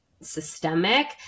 systemic